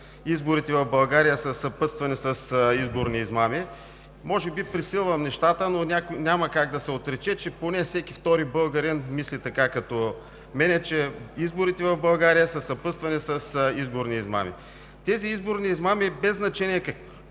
изборите в България са съпътствани с изборни измами. Може би пресилвам нещата, но няма как да се отрече, че поне всеки втори българин мисли като мен – че изборите в България са съпътствани с изборни измами. Тези изборни измами, без значение какви